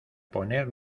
poner